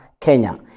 Kenya